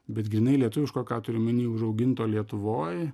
bet grynai lietuviško ką turiu omeny užauginto lietuvoj